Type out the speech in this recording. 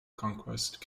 conquest